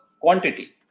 quantity